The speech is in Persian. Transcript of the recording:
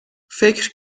فکر